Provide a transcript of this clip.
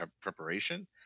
preparation